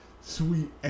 sweet